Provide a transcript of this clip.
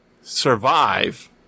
survive